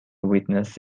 witness